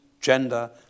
gender